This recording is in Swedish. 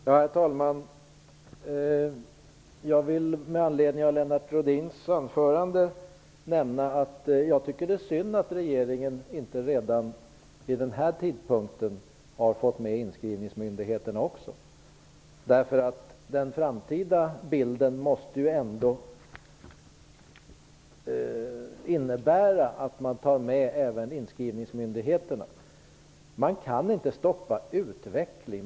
Herr talman! Jag vill med anledning av Lennart Rohdins anförande nämna att jag tycker att det är synd att regeringen inte redan vid denna tidpunkt också har fått med inskrivningsmyndigheterna. Den framtida utvecklingen måste ju innebära att även inskrivningsmyndigheterna kommer att beröras. Man kan inte stoppa utveckling.